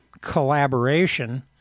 collaboration